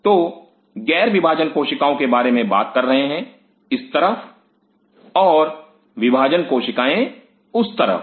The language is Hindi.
तो ग़ैर विभाजन कोशिकाओं के बारे में बात कर रहे हैं इस तरफ़ और विभाजन कोशिकाएँ उस तरफ़